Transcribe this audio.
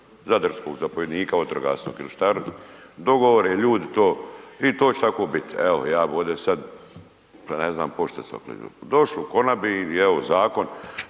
zadarskog zapovjednika vatrogasnog ili šta li, dogovore ljudi to i to će tako bit, evo ja bi ovdje sad, …/Govornik se ne razumije/…došli u konabi i evo zakon,